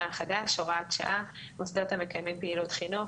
החדש (הוראת שעה) (מוסדות המקיימים פעילות חינוך),